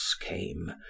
came